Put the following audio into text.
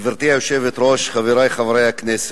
גברתי היושבת-ראש, חברי חברי הכנסת,